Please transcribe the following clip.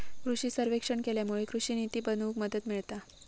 कृषि सर्वेक्षण केल्यामुळे कृषि निती बनवूक मदत मिळता